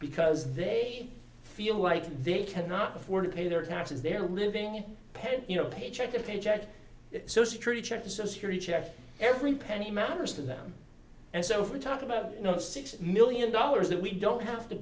because they feel like they cannot afford to pay their taxes they're living in pain you know paycheck to paycheck so security checks are so security checks every penny matters to them and so if we talk about you know the six million dollars that we don't have to